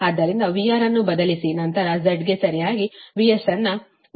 ಆದ್ದರಿಂದ VR ಅನ್ನು ಬದಲಿಸಿ ನಂತರ Z ಗೆ ಸರಿಯಾಗಿ VS ಅನ್ನು 135